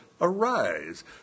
Arise